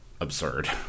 absurd